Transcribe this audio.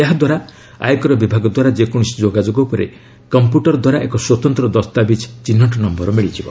ଏହା ଦ୍ୱାରା ଆୟକର ବିଭାଗ ଦ୍ୱାରା ଯେକୌଣସି ଯୋଗାଯୋଗ ଉପରେ କମ୍ପ୍ୟୁଟର ଦ୍ୱାରା ଏକ ସ୍ୱତନ୍ତ୍ର ଦସ୍ତାବିଜ ଚିହ୍ନଟ ନମ୍ଘର ମିଳିଯିବ